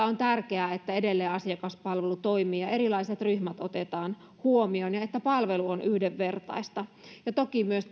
on tärkeää että edelleen asiakaspalvelu toimii ja erilaiset ryhmät otetaan huomioon ja että palvelu on yhdenvertaista ja toki myös